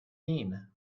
mean